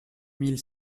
mille